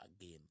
again